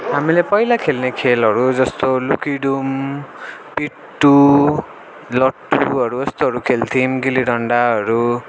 हामीले पहिला खेल्ने खेलहरू जस्तो लुकिडुम किट्टु लट्ठुहरू यस्तोहरू खेल्थौँ गिल्ली डन्डाहरू